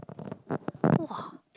!wah!